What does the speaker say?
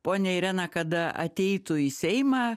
ponia irena kada ateitų į seimą